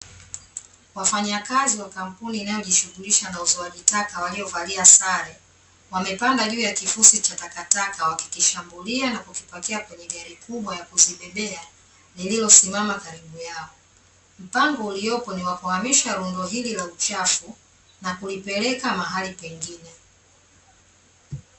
Wafanyakazi wa kampuni inayojishughulisha na uzoaji taka waliovalia sare, wamepanda juu ya kifusi cha takataka wakikishambulia na kukipakia kwenye gari kubwa ya kuzibebea lililosimama karibu yao. Mpango uliopo ni wa kuhamisha rundo hili la uchafu na kulipeleka mahali pengine.